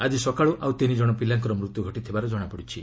ଆଳି ସକାଳୁ ଆଉ ତିନି ଜଣ ପିଲାଙ୍କର ମୃତ୍ୟୁ ଘଟିଥିବାର ଜଣାପଡ଼ିଛି